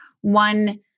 one